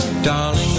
Darling